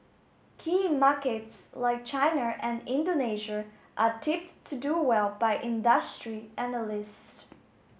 key markets like China and Indonesia are tipped to do well by industry analysts